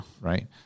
Right